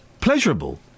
pleasurable